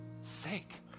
sake